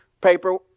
Paper